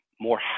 more